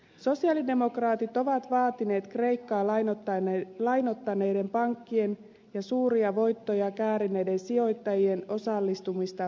sosialidemokraatit ovat vaatineet kreikkaa lainottaneiden pankkien ja suuria voittoja käärineiden sijoittajien osallistumista kriisin hoitoon